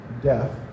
death